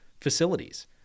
facilities